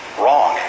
wrong